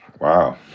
Wow